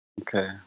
okay